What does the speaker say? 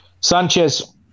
Sanchez